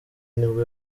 nibwo